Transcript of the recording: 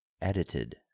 Edited